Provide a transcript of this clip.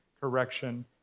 correction